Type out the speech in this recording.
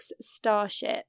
Starship